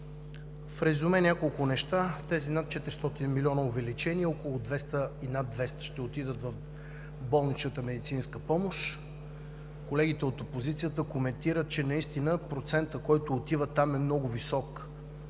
В резюме няколко неща. От тези над 400 милиона увеличение около 200 и над 200 ще отидат в болничната медицинска помощ. Колегите от опозицията коментират, че наистина процентът, който отива там, е много висок,